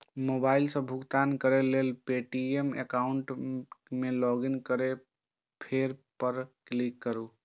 mobile सं भुगतान करै लेल पे.टी.एम एकाउंट मे लॉगइन करू फेर पे पर क्लिक करू